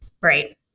right